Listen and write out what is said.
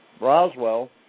Roswell